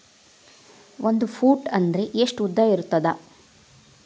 ಒಂದು ಫೂಟ್ ಅಂದ್ರೆ ಎಷ್ಟು ಉದ್ದ ಇರುತ್ತದ?